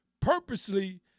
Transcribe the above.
purposely